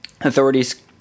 Authorities